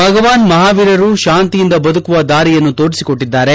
ಭಗವಾನ್ ಮಹಾವೀರರು ಶಾಂತಿಯಿಂದ ಬದುಕುವ ದಾರಿಯನ್ನು ತೋರಿಸಿಕೊಟ್ಟಿದ್ದಾರೆ